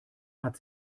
hat